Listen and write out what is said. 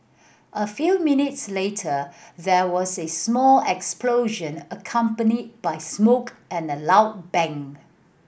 a few minutes later there was a small explosion accompanied by smoke and a loud bang